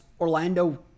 Orlando